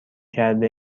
کرده